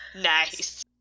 Nice